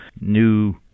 new